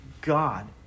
God